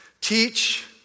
Teach